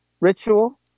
Ritual